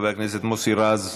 חבר הכנסת מוסי רז,